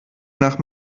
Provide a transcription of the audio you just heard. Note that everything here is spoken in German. nach